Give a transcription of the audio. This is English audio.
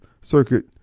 Circuit